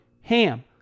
HAM